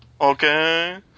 Okay